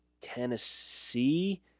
Tennessee